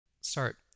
Start